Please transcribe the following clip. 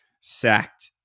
sacked